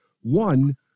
One